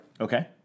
Okay